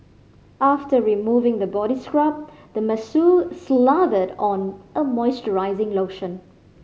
after removing the body scrub the masseur slathered on a moisturizing lotion